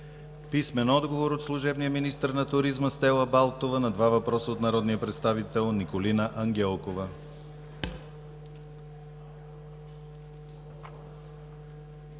Писмен отговор от служебния министър на туризма Стела Балтова на два въпроса от народния представител Николина Ангелкова.